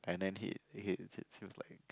and then he he he seems like